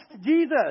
Jesus